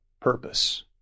purpose